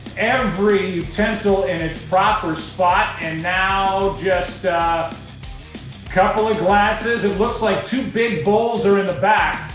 every utensil in its proper spot and now just a couple of glasses. it looks like two big bowls are in the back.